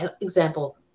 example